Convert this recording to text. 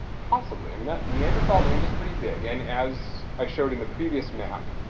possibly. i mean, that neanderthal range is pretty big. and as i showed in the previous map,